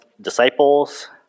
disciples